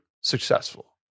successful